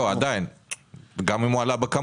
גם אם הוא עלה בכמות,